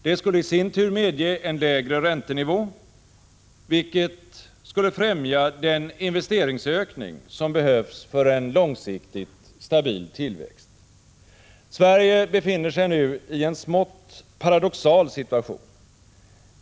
Det skulle i sin tur medge en lägre räntenivå, vilket skulle främja den investeringsökning som behövs för en långsiktigt stabil tillväxt. Sverige befinner sig nu i en smått paradoxal situation.